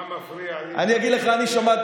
מה מפריע לי, שנייה,